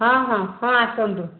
ହଁ ହଁ ହଁ ଆସନ୍ତୁ